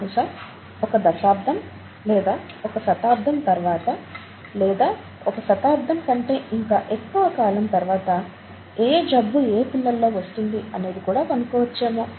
బహుశా ఒక దశాబ్దం లేదా ఒక శతాబ్దం తర్వాత లేదా ఒక శతాబ్దం కంటే ఇంకా ఎక్కువ కాలం తర్వాత ఏ జబ్బు ఏ పిల్లల్లో వస్తుంది అనేది కూడా కనుక్కోవచ్చేమో